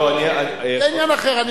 זה עניין אחר.